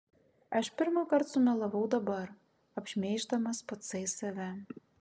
aš pirmąkart sumelavau dabar apšmeiždamas patsai save